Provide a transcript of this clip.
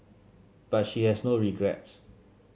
but she has no regrets